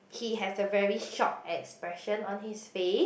he has a very shock expression on his face